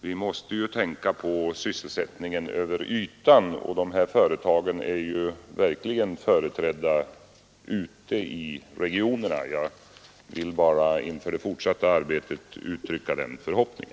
Vi måste ju tänka på sysselsättningen över hela ytan — dessa företag är verkligen företrädda ute i regionerna. Jag vill bara inför det fortsatta arbetet uttrycka den här förhoppningen.